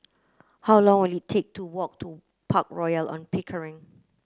how long will it take to walk to Park Royal on Pickering